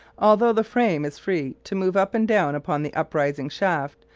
although the frame is free to move up and down upon the uprising shaft,